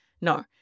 No